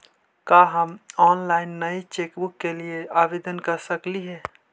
का हम ऑनलाइन नई चेकबुक के लिए आवेदन कर सकली हे